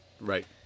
Right